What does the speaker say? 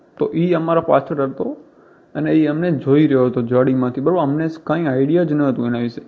તો એ અમારા પાછળ હતો અને એ અમને જોઈ રહ્યો હતો ઝાડીમાંથી બરાબર અમને કાંઈ આઇડિયા જ ન હતો એના વિશે